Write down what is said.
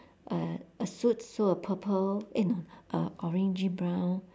a a suit full of purple eh no uh orangey brown